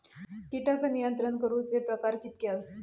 कीटक नियंत्रण करूचे प्रकार कितके हत?